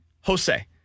Jose